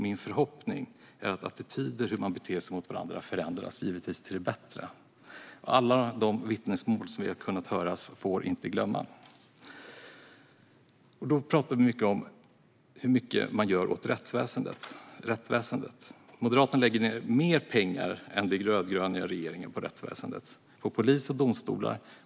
Min förhoppning är att attityder och hur man beter sig mot varandra förändras, givetvis till det bättre. Vi får inte glömma alla de vittnesmål som vi har kunnat höra. Vi talar mycket om hur mycket man gör åt rättsväsendet. Moderaterna lägger mer pengar än vad den rödgröna regeringen gör på rättsväsendet, på polis och domstolar.